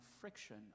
friction